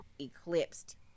eclipsed